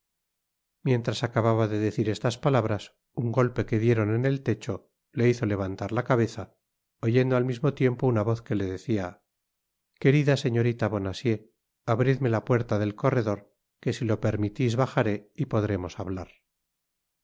mientras acababa de decir estas palabras un golpe que dieron en el techo le hizo levantar la cabeza oyendo al mismo tiempo una voz que le decia querida señorita bonacieux abridme la puerta del corredor que si lo permitis bajaré y podremos hablar